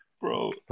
bro